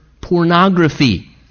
pornography